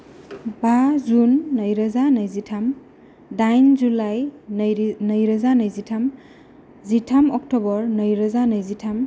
बा जुन नैरोजा नैजिथाम डाइन जुलाइ नैरोजा नैजिथाम जिथाम अक्ट'बर नैरोजा नैजिथाम